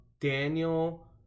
Daniel